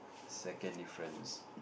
second difference